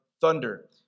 thunder